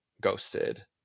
ghosted